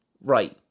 Right